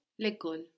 l'école